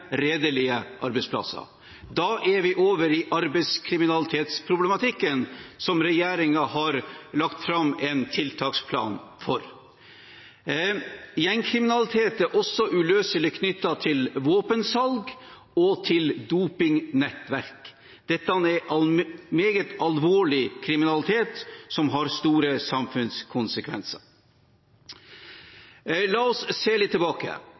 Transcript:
redelige arbeidsplasser. Da er vi over i arbeidslivskriminalitetsproblematikken, som regjeringen har lagt fram en tiltaksplan for. Gjengkriminalitet er også uløselig knyttet til våpensalg og til dopingnettverk. Dette er meget alvorlig kriminalitet som har store samfunnskonsekvenser. La oss se oss litt tilbake.